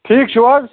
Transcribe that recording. ٹھیٖک چھُو حظ